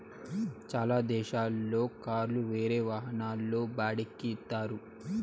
చాలా దేశాల్లో కార్లు వేరే వాహనాల్లో బాడిక్కి ఇత్తారు